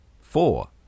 four